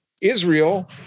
Israel